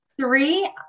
Three